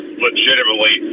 legitimately